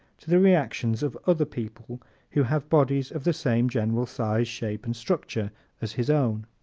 to the reactions of other people who have bodies of the same general size, shape and structure as his own.